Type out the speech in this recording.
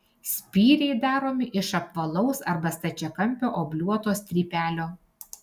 spyriai daromi iš apvalaus arba stačiakampio obliuoto strypelio